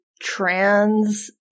trans